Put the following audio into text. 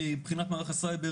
מבחינת מערך הסייבר,